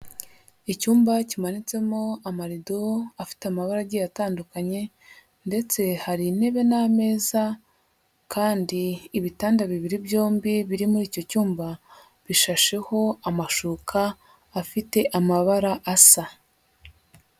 Icyumba kimanitsemo amarido afite amabara agiye atandukanye, ndetse hari intebe n'ameza kandi ibitanda bibiri byombi biri muri icyo cyumba bishasheho amashuka afite amabara asa.